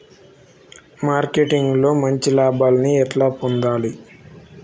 Marketing లో మంచి లాభాల్ని ఎట్లా పొందాలి?